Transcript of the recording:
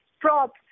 props